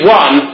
one